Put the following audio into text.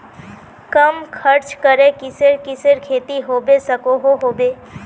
कम खर्च करे किसेर किसेर खेती होबे सकोहो होबे?